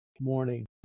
morning